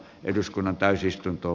eduskunnan täysistunto